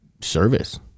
service